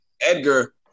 Edgar